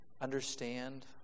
understand